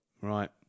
Right